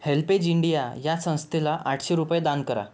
HelpAge India ह्या संस्थेला आठशे रुपये दान करा